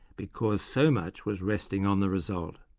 because so much was resting on the result.